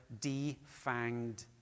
defanged